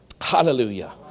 Hallelujah